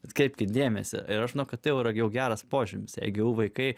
atkreipkit dėmesį ir žino kad eurą jau geras požymis eigu jau vaikai